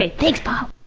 ah thanks paul!